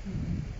mmhmm